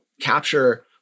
capture